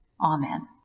Amen